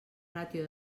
ràtio